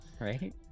right